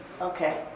Okay